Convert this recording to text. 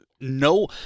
no